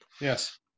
Yes